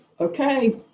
okay